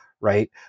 Right